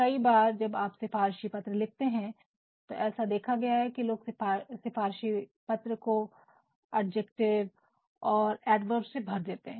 कई बार जब आप सिफारशी पत्र लिखते है तो ऐसा देखा गया है कि लोग सिफारशी पत्र को एडजेक्टिव और एडवर्ब से भर देते है